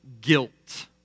guilt